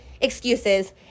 excuses